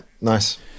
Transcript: nice